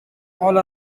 all